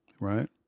Right